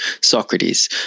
Socrates